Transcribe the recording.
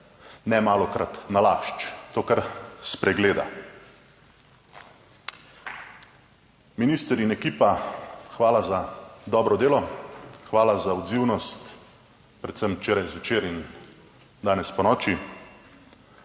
nemalokrat nalašč to kar spregleda. Minister in ekipa, hvala za dobro delo, hvala za odzivnost predvsem včeraj zvečer in danes ponoči.